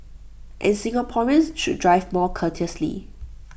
and Singaporeans should drive more courteously